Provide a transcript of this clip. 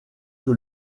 que